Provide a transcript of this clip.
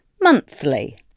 Monthly